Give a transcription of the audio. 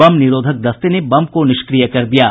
बम निरोधक दस्ते ने बम को निष्क्रिय कर दिया है